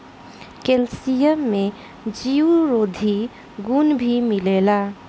calcium में जीवरोधी गुण भी मिलेला